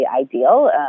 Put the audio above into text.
ideal